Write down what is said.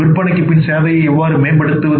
விற்பனைக்குப் பின் சேவையை எவ்வாறு மேம்படுத்துவது